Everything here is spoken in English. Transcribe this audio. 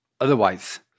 Otherwise